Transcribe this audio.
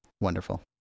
wonderful